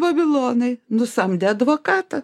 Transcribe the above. babilonai nusamdė advokatą